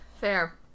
fair